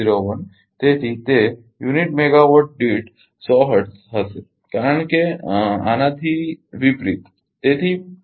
01 તેથી તે unit megawatt દીઠ 100 હર્ટ્ઝ હશે કારણ કે આનાથી વિપ્રીતરીસીપ્રોકલ છે